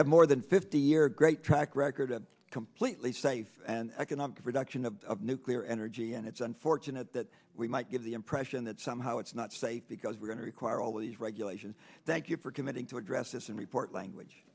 have more than fifty year great track record a completely safe and economic production of nuclear energy and it's unfortunate that we might give the impression that somehow it's not safe because we're going to require all these regulations thank you for committing to address and report language